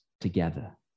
together